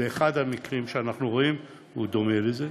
ואחד המקרים שאנחנו רואים דומה לזה.